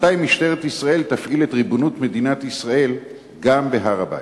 מתי משטרת ישראל תפעיל את ריבונות מדינת ישראל גם בהר-הבית?